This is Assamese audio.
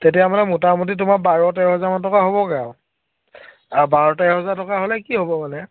তেতিয়া মানে মোটামুটি তোমাৰ বাৰ তেৰ হাজাৰ মান টকা হ'বগৈ আৰু আৰু বাৰ তেৰ হাজাৰ টকা হ'লে কি হ'ব মানে